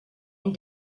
and